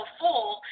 full